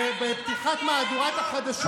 בפתיחת מהדורת החדשות,